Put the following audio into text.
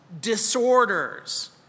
disorders